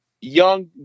young